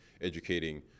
educating